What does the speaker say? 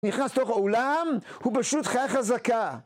נכנס תוך העולם, הוא פשוט חיי חזקה.